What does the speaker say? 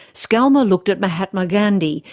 scalmer looked at mahatma gandhi,